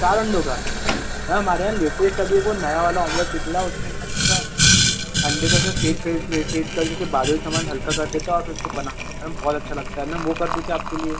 चार अंडों का मैम हमारे यहाँ लेटेस्ट अभी वो नया वाला ऑमलेट निकला है उसमें अंडे को ऐसे फेंट फेंट फेंट फेंट करके ऐसे बादल सामान हल्का कर देता हूँ और फिर उसको बना मैम बहुत अच्छा लगता है मैम वो कर दूँ क्या आपके लिए